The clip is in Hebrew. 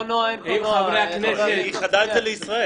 אבל היא ייחדה את זה לישראל.